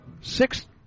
Six